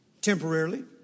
Temporarily